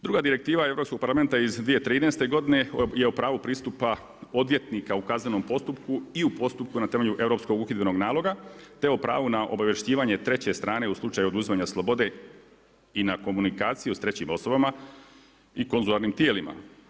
Druga direktiva Europskog parlamenta iz 2013. godine je u pravu pristupa odvjetnika u kaznenom postupku i u postupku na temelju Europskog uhidbenog naloga, te o pravu na obavješćivanje treće strane u slučaju oduzimanja slobode i na komunikaciju s trećim osobama i konzularnim tijelima.